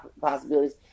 possibilities